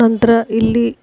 ನಂತರ ಇಲ್ಲಿ